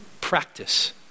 practice